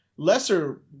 Lesser